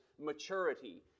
maturity